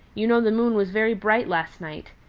you know the moon was very bright last night.